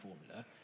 formula